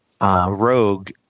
Rogue